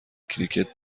کریکت